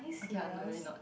okay lah not really not